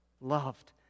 loved